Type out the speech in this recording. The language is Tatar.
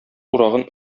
урагын